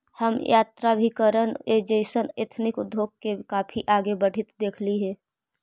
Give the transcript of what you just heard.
हम यात्राभिकरण जइसन एथनिक उद्योग के काफी आगे बढ़ित देखली हे